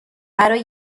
برای